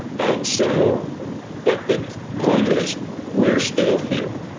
and so but the point is we're still here.